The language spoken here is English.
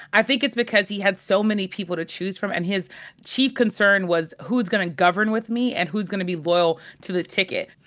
i think it's because because he had so many people to choose from, and his chief concern was, who is gonna govern with me, and who's gonna be loyal to the ticket.